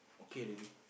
okay